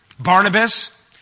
Barnabas